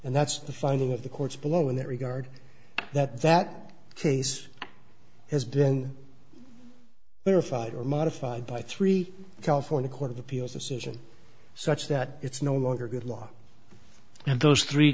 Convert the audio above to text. and that's the finding of the courts below in that regard that that case has been there five or modified by three california court of appeals decision such that it's no longer a good law and those three